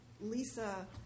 Lisa